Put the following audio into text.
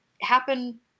happen